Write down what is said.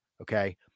okay